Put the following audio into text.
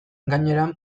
gainera